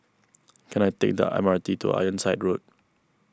can I take the M R T to Ironside Road